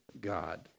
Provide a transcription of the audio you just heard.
God